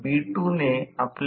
हे समीकरण 27 आहे